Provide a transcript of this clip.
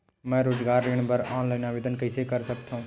मैं रोजगार ऋण बर ऑनलाइन आवेदन कइसे कर सकथव?